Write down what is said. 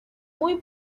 muy